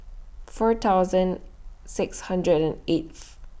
four thousand six hundred and eighth